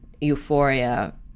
euphoria